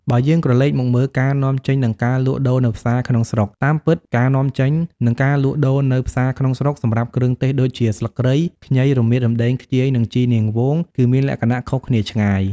បើយើងក្រលេកមកមើលការនាំចេញនិងការលក់ដូរនៅផ្សារក្នុងស្រុក តាមពិត ការនាំចេញ និងការលក់ដូរនៅផ្សារក្នុងស្រុកសម្រាប់គ្រឿងទេសដូចជាស្លឹកគ្រៃ ខ្ញី រមៀត រំដេង ខ្ជាយ និងជីរនាងវង គឺមានលក្ខណៈខុសគ្នាឆ្ងាយ។